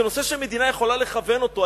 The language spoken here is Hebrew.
זה נושא שמדינה יכולה לכוון אותו.